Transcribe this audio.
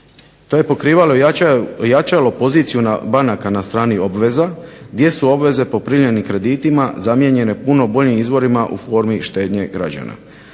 To je pokrivalo ojačalo poziciju banaka na strani obveza gdje su obveze po primljenim kreditima zamijenjene puno boljim izvorima u formi štednje građana.